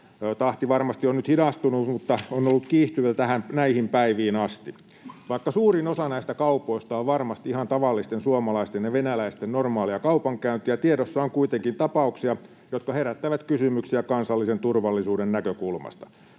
Tahti varmasti on nyt hidastunut, mutta se on ollut kiihtyvä näihin päiviin asti. Vaikka suurin osa näistä kaupoista on varmasti ihan tavallisten suomalaisten ja venäläisten normaalia kaupankäyntiä, tiedossa on kuitenkin tapauksia, jotka herättävät kysymyksiä kansallisen turvallisuuden näkökulmasta.